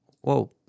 whoa